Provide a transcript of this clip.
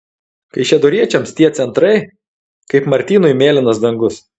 kaišiadoriečiams tie centrai kaip martynui mėlynas dangus